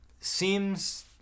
seems